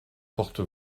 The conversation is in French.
porte